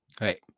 Right